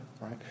right